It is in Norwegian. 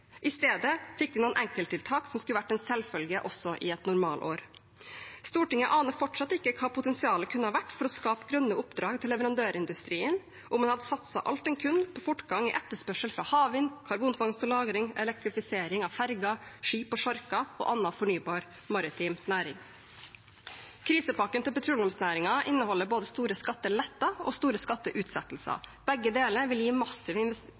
I stedet fikk vi noen enkelttiltak som skulle vært en selvfølge også i et normalår. Stortinget aner fortsatt ikke hva potensialet kunne ha vært for å skape grønne oppdrag til leverandørindustrien om man hadde satset alt man kunne på fortgang i etterspørsel etter havvind, karbonfangst og -lagring, elektrifisering av ferger, skip og sjarker og annen fornybar maritim næring. Krisepakken til petroleumsnæringen inneholder både store skatteletter og store skatteutsettelser. Begge deler vil gi